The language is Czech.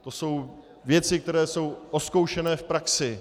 To jsou věci, které jsou vyzkoušené v praxi.